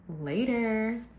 later